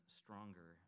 stronger